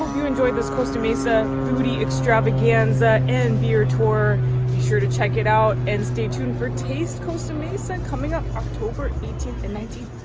you enjoyed this costa mesa hootie extravaganza and beer tour be sure to check it out and stay tuned for taste costa mesa coming up october eighteenth and eighteenth